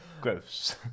Gross